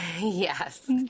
yes